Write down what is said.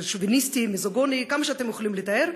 זה שוביניסטי, מיזוגני, מה שאתם יכולים לתאר.